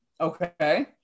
Okay